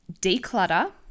Declutter